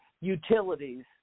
utilities